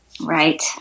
Right